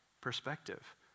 perspective